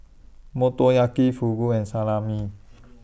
Motoyaki Fugu and Salami